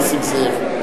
נסים זאב,